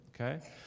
okay